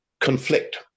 conflict